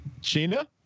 Sheena